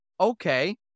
okay